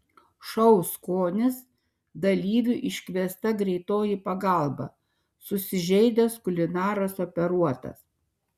šou skonis dalyviui iškviesta greitoji pagalba susižeidęs kulinaras operuotas